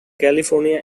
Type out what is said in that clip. california